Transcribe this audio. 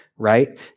right